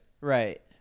Right